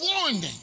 warning